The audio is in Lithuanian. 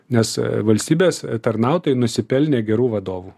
nes valstybės tarnautojai nusipelnė gerų vadovų